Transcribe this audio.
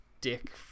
dick